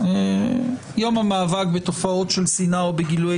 יום המאבק בתופעות של שנאה או בגילויי